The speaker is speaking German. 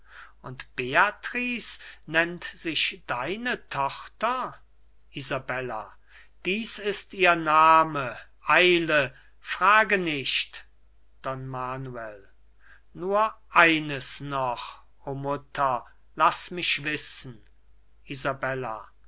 und beatrice nennt sich deine tochter isabella dies ist ihr name eile frage nicht don manuel nur eines noch o mutter laß mich wissen isabella